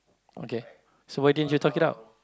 okay so why didn't you talk it out